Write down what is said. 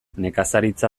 nekazaritza